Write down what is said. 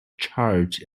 charge